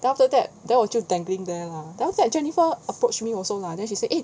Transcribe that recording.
then after that then 我就 dangling there lor then after that jennifer approach me also lah then she said eh